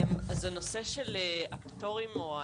הנושא של הפטורים או הנחות,